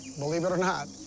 believe it or not.